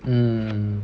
mm